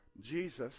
Jesus